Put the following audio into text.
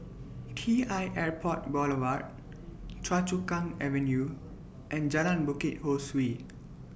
T L Airport Boulevard Choa Chu Kang Avenue and Jalan Bukit Ho Swee